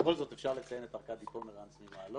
בכל זאת, אפשר לציין את ארקדי פומרנץ ממעלות.